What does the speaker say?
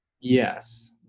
Yes